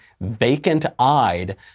vacant-eyed